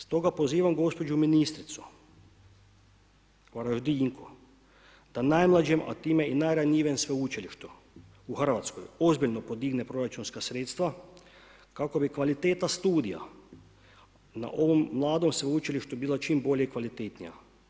Stoga pozivam gospođu ministricu, varaždinku, da najmlađem, a time i najranjivijem sveučilištu u RH ozbiljno podigne proračunska sredstva kako bi kvaliteta studija na ovom mladom sveučilištu bila čim bolja i kvalitetnija.